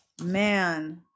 man